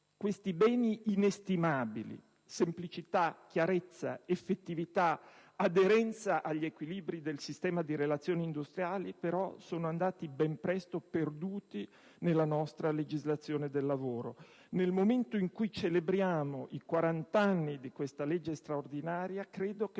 Questi beni inestimabili - semplicità, chiarezza, effettività, aderenza agli equilibri del sistema di relazioni industriali - sono però andati ben presto perduti nella nostra legislazione del lavoro. Nel momento in cui celebriamo i 40 anni di questa legge straordinaria, credo che